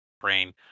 brain